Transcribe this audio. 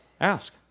ask